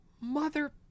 mother